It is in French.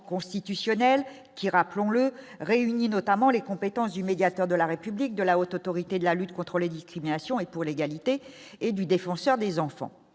constitutionnel qui, rappelons-le, réunit notamment les compétences du médiateur de la République de la Haute autorité de la lutte contre les discriminations et pour l'égalité et du défenseur des enfants,